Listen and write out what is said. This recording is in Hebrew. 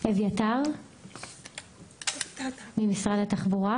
סגן מנהל אגף הרישוי, משרד התחבורה.